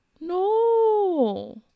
no